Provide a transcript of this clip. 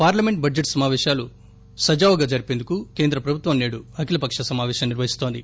parliament budget సమాపేశాలు సజావుగా జరిపేందుకు కేంద్రప్రభుత్వం సేడు అఖిలపక్ష సమాపేశం నిర్వహిస్తోంది